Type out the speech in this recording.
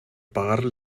pagar